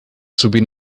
subindo